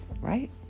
right